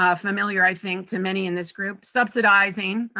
ah familiar, i think, to many in this group, subsidizing,